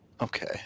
Okay